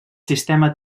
sistema